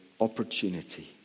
opportunity